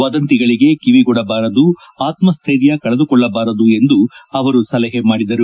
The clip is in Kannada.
ವದಂತಿಗಳಿಗೆ ಕಿವಿಗೊಡಬಾರದು ಆತಸ್ಟ್ರೆಯ ಕಳೆದುಕೊಳ್ಳಬಾರದು ಎಂದು ಅವರು ಸಲಹೆ ಮಾಡಿದರು